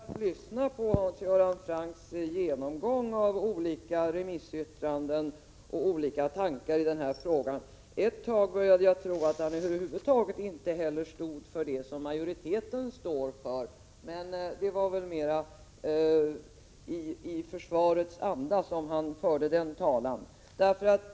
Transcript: Fru talman! Det var intressant att lyssna på Hans Göran Francks genomgång av olika remissyttranden och olika tankar i den här frågan. Ett tag trodde jag nästan att han över huvud taget inte stod på samma sida som majoriteten. Men det var väl mera så att säga i försvarets anda som han då förde talan.